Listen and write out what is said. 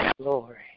Glory